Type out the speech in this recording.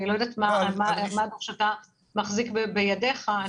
אני לא יודעת מה המידע שאתה מחזיק בידיך.